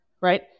right